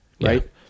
right